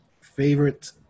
Favorite